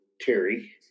Terry